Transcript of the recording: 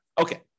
Okay